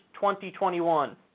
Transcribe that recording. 2021